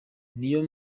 niyo